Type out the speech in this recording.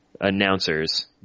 announcers